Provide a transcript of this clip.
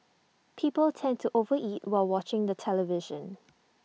people tend to over eat while watching the television